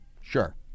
Sure